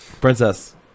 Princess